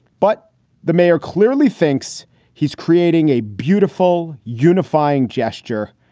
but the mayor clearly thinks he's creating a beautiful, unifying gesture.